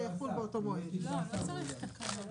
חוק קביעת